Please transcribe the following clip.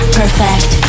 perfect